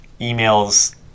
emails